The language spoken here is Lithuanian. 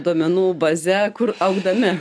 duomenų baze kur augdami